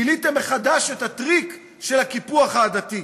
גיליתם מחדש את הטריק של הקיפוח העדתי,